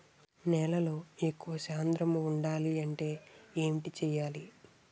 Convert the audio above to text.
నేలలో ఎక్కువ సాంద్రము వుండాలి అంటే ఏంటి చేయాలి?